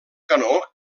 canó